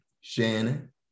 Shannon